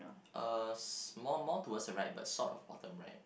uh sm~ more more towards the right but sort of bottom right